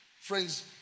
friends